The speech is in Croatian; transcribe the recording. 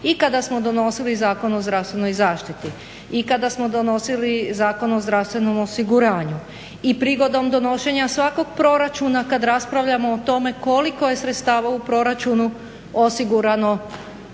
I kada smo donosili Zakon o zdravstvenoj zaštiti i kada smo donosili Zakon o zdravstvenom osiguranju i prigodom donošenja svakog proračuna kad raspravljamo o tome koliko je sredstava u proračunu osigurano